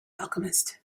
alchemist